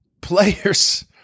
players